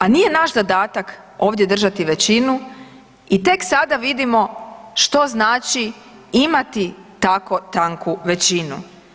A nije naš zadatak ovdje držati većinu i tek sada vidimo što znači imati tako tanku većinu.